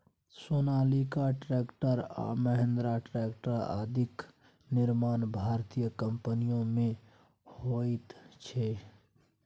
Sonalika tractor आ Mahindra tractor आदिक निर्माण भारतीय कम्पनीमे होइत छै